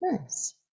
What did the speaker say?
Yes